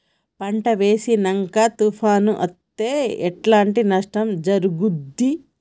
పంట వేసినంక తుఫాను అత్తే ఎట్లాంటి నష్టం జరుగుద్ది?